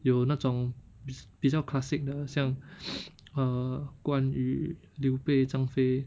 有那种比较 classic 的好像 err 关羽刘备张飞